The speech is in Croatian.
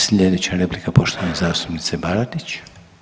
Slijedeća replika poštovane zastupnice Baradić.